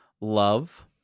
Love